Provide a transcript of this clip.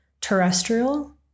terrestrial